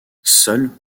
seules